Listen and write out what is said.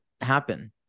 happen